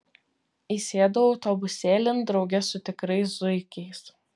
įsėdau autobusėlin drauge su tikrais zuikiais